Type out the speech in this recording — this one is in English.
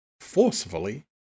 forcefully